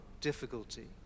difficulty